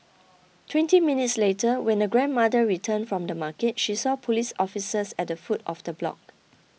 twenty minutes later when the grandmother returned from the market she saw police officers at the foot of the block